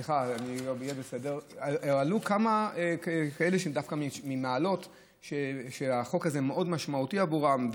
יהיה בסדר עלו כמה כאלה שהם דווקא ממעלות שהחוק הזה מאוד משמעותי עבורם,